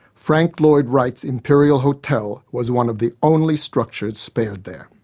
frank lloyd wright's imperial hotel was one of the only structures spared there.